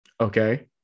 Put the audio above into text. Okay